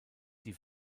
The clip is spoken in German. die